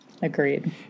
Agreed